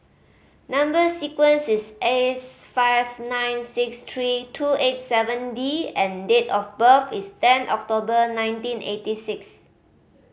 number sequence is S five nine six three two eight seven D and date of birth is ten October nineteen eighty six